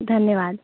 धन्यवाद